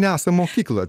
nesam mokykla